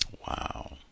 Wow